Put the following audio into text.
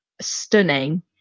stunning